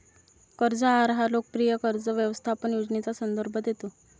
कर्ज आहार हा लोकप्रिय कर्ज व्यवस्थापन योजनेचा संदर्भ देतो